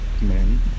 man